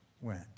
went